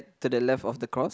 to the left of the cross